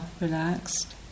relaxed